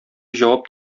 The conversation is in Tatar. җавап